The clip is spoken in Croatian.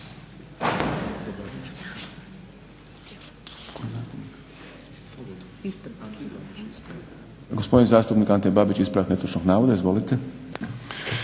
Gospodin zastupnik Ante Babić, ispravak netočnog navoda. Izvolite.